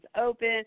open